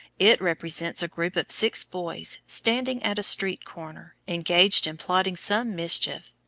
it represents a group of six boys, standing at a street corner, engaged in plotting some mischief.